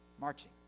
marching